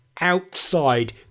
outside